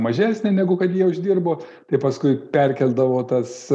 mažesnė negu kad jie uždirbo tai paskui perkeldavo tas